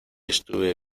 estuve